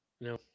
no